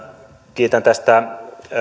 kiitän tästä